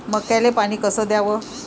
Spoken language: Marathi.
मक्याले पानी कस द्याव?